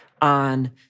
on